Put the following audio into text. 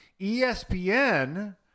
ESPN